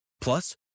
Plus